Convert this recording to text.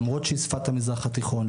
למרות שהיא שפת המזרח התיכון,